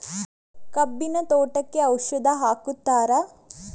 ಕಬ್ಬಿನ ತೋಟಕ್ಕೆ ಔಷಧಿ ಹಾಕುತ್ತಾರಾ?